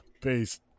Peace